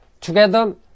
Together